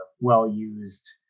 well-used